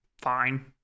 fine